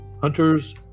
hunters